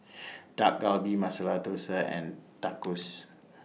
Dak Galbi Masala Dosa and Tacos